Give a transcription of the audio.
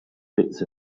bits